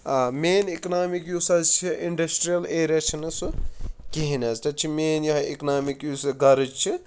آ مین اِکنامِک یُس حظ چھِ اِنڈَسٹِرٛیَل ایریا چھُنَہ سُہ کِہیٖنۍ حظ تَتہِ چھِ مین یِہوٚے اِکنامِک یُس غرض چھِ